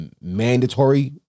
mandatory